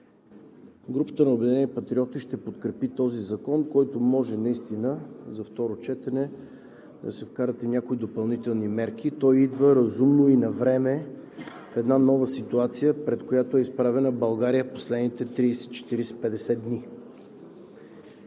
Групата на „Обединени патриоти“ ще подкрепи този закон, в който може наистина за второ четене да се вкарат и някои допълнителни мерки. Той идва разумно и навреме в една нова ситуация, пред която е изправена България в последните 30, 40, 50 дни.